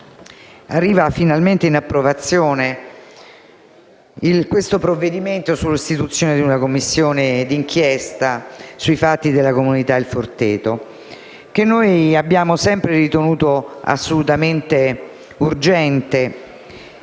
arriva finalmente in approvazione il provvedimento sull'istituzione di una Commissione d'inchiesta sui fatti della comunità Il Forteto, che noi abbiamo sempre ritenuto urgente;